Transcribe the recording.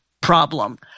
problem